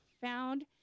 found